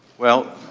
well,